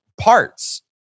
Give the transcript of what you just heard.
parts